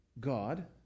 God